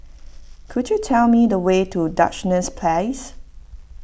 could you tell me the way to Duchess Place